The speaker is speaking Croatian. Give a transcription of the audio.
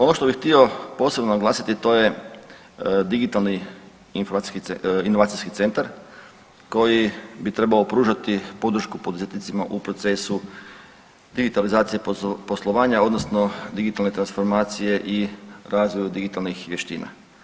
Ono što bih htio posebno naglasiti to je digitalni inovacijski centar koji bi trebao pružati podršku poduzetnicima u procesu digitalizacije poslovanja odnosno digitalne transformacije i razvoju digitalnih vještina.